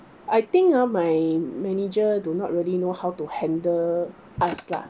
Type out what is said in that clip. I think ah my manager do not really know how to handle us lah